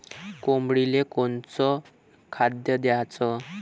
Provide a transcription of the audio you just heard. कोंबडीले कोनच खाद्य द्याच?